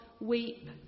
weep